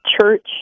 church